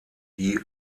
die